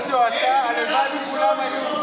הלוואי שכולם היו,